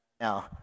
now